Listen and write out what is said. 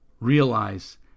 realize